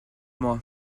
moi